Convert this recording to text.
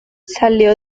salió